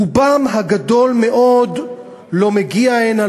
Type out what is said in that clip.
רובם הגדול מאוד לא מגיע הנה,